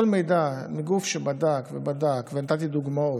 כל מידע מגוף שבדק, ובדק,